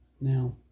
Now